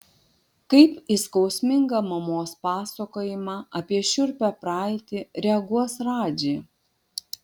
kaip į skausmingą mamos pasakojimą apie šiurpią praeitį reaguos radži